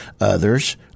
Others